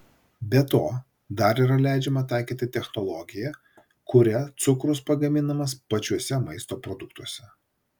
be to dar yra leidžiama taikyti technologiją kuria cukrus pagaminamas pačiuose maisto produktuose